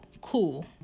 cool